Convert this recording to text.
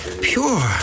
pure